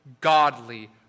godly